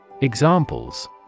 Examples